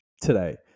today